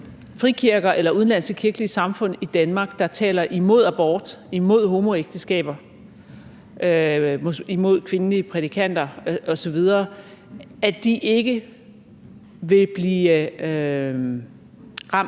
frikirker eller udenlandske kirkelige samfund i Danmark, der taler imod abort, imod homoægteskaber, imod kvindelige prædikanter osv., ikke vil blive ramt